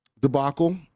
debacle